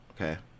Okay